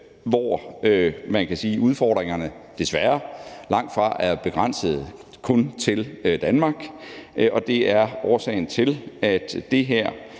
at udfordringerne desværre langtfra er begrænset kun til Danmark, og det er årsagen til, at det her